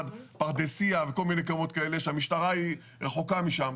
פרדסיה וכל מיני מקומות כאלה שהמשטרה רחוקה משם.